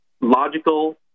logical